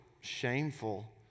shameful